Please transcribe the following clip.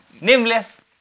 nameless